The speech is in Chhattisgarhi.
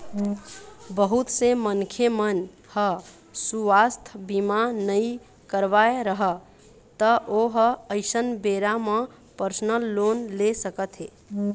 बहुत से मनखे मन ह सुवास्थ बीमा नइ करवाए रहय त ओ ह अइसन बेरा म परसनल लोन ले सकत हे